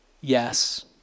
yes